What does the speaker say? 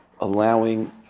allowing